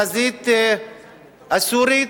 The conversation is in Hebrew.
בחזית הסורית,